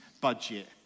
budget